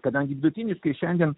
kadangi vidutiniškai šiandien